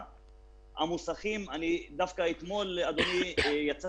היום ולא